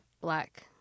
black